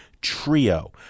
trio